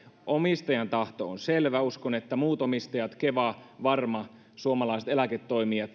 omistajan tahto on selvä uskon että myös muut finnairin omistajat keva varma suomalaiset eläketoimijat